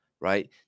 Right